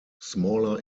smaller